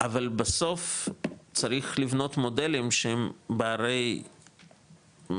אבל בסוף, צריך לבנות מודלים שהם ברי קיימא.